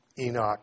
Enoch